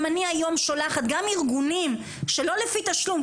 אם אני היום שולחת גם ארגונים שלא לפי תשלומים,